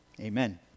Amen